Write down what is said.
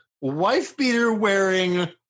wife-beater-wearing